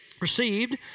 received